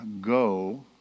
Go